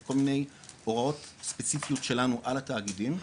זה הוראות ספציפיות שלנו על התאגידים,